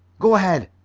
go ahead.